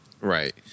Right